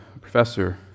professor